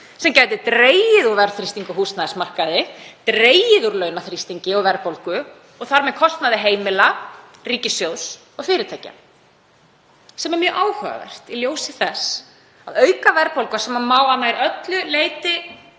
sem gæti dregið úr verðtryggingu á húsnæðismarkaði, dregið úr launaþrýstingi og verðbólgu og þar með kostnaði heimila, ríkissjóðs, fyrirtækja, sem er mjög áhugavert í ljósi þess að aukin verðbólga, sem má að nær öllu leyti